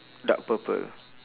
dark purple